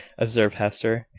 observed hester.